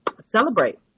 celebrate